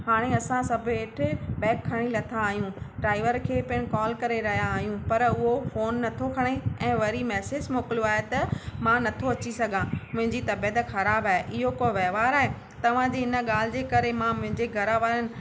हाणे असां सभु हेठि बैग खणी लथा आहियूं ड्राइवर खे पिणु कॉल करे रहिया आहियूं पर उहो फ़ोन नथो खणे ऐं वरी मैसिज मोकिलियो आहे त मां नथो अची सघां मुंहिंजी तबियत ख़राबु आहे इहो को वहिंवार आहे तव्हांजी हिन ॻाल्हि जे करे मां मुंहिंजे घरु वारनि